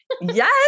Yes